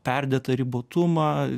perdėtą ribotumą